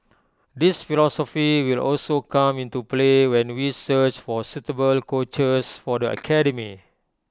this philosophy will also come into play when we search for suitable coaches for the academy